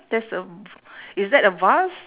that's a v~ is that a vase